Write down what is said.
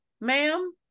ma'am